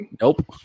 Nope